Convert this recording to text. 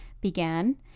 began